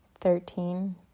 Thirteen